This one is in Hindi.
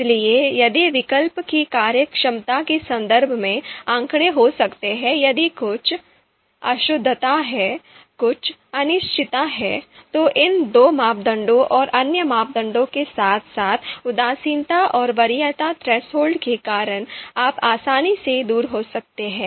इसलिए यदि विकल्प की कार्यक्षमता के संदर्भ में आंकड़े हो सकते हैं यदि कुछ अशुद्धता है कुछ अनिश्चितता है तो इन दो मापदंडों और अन्य मापदंडों के साथ साथ उदासीनता और वरीयता थ्रेसहोल्ड के कारण आप आसानी से दूर हो सकते हैं